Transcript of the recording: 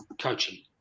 coaching